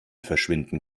verschwinden